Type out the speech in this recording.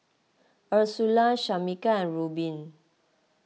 Ursula Shamika and Reubin